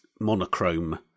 monochrome